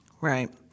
Right